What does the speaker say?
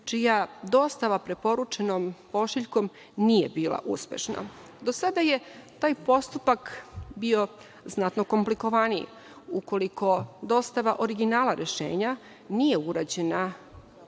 čija dostava preporučenom pošiljkom nije bilo uspešno. Do sada je taj postupak bio znatno komplikovaniji. Ukoliko dostava originala rešenja nije urađena